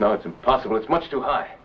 now it's impossible it's much too high